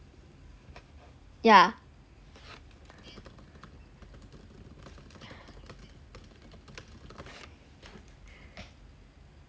yeah